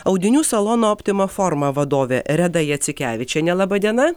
audinių salono optima forma vadovė reda jacikevičienė laba diena